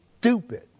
stupid